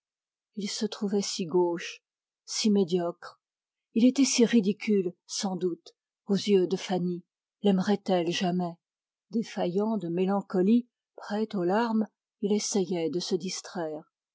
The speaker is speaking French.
il se trouvait si gauche si médiocre ridicule sans doute aux yeux de fanny laimerait elle jamais défaillant de mélancolie prêt aux larmes il essayait de se distraire